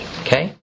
Okay